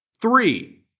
Three